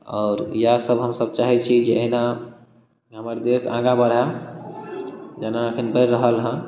आओर इएह सब हमसब चाहै छी जे अहिना हमर देश आगाँ बढ़अ जेना अखन बढ़ि रहल हँ